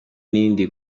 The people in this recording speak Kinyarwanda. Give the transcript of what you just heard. n’ibindi